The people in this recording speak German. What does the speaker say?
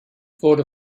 wurde